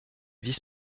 vice